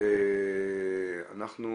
אם אתם